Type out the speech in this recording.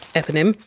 eponym,